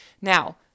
Now